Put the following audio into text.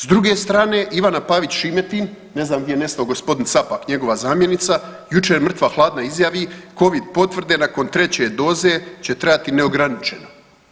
S druge strane Ivana Pavić Šimetin ne znam gdje nestao gospodin Capak, njegova zamjenica jučer mrtva hladna izjavi Covid potvrde nakon treće doze će trajati neograničeno.